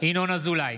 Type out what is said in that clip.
ינון אזולאי,